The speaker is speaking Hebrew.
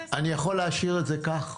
אני יכול להשאיר את זה כך,